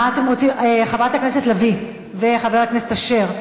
חברת הכנסת לביא וחבר הכנסת אשר,